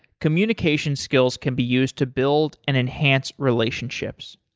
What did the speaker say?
communication skills can be used to build and enhance relationships.